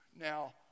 Now